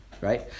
Right